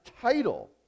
title